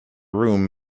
room